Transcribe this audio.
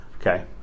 Okay